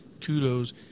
kudos